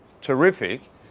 Terrific